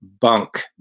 bunk